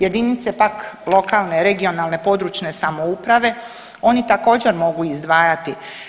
Jedinice pak lokalne regionalne područne samouprave oni također mogu izdvajati.